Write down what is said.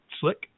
slick